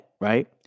Right